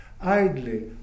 idly